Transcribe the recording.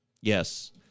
Yes